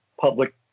public